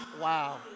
wow